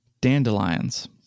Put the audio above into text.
dandelions